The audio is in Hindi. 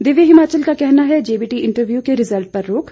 दिव्य हिमाचल का कहना है जेबीटी इंटरव्यू के रिजल्ट पर रोक